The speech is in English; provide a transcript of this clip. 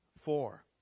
four